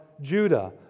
Judah